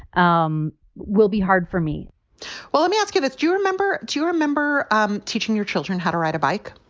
um will be hard for me well, let me ask you this. do you remember do you remember um teaching your children how to ride a bike?